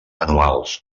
anuals